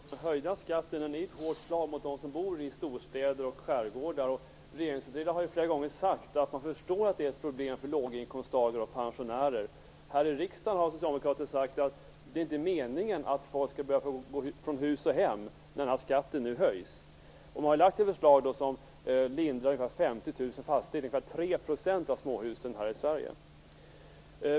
Fru talman! Den höjda skatten är ett hårt slag mot dem som bor i storstäder och skärgårdar. Regeringsföreträdare har flera gånger sagt att man förstår att det är ett problem för låginkomsttagare och pensionärer. Här i riksdagen har socialdemokrater sagt att det inte är meningen att folk skall behöva gå från hus och hem när skatten höjs. Man har nu lagt fram ett förslag som ger lindring åt ungefär 50 000 fastigheter, dvs. ungefär 3 % av småhusen i Sverige.